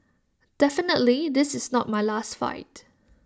definitely this is not my last fight